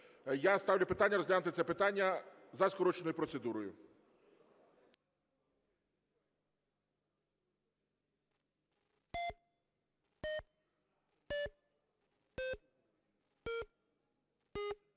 Я ставлю питання розглянути це питання за скороченою процедурою.